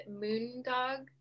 Moondog